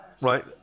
right